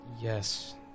Yes